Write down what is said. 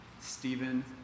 Stephen